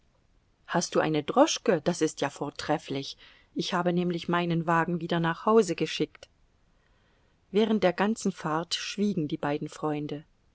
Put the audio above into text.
hast du eine droschke das ist ja vortrefflich ich habe nämlich meinen wagen wieder nach hause geschickt während der ganzen fahrt schwiegen die beiden freunde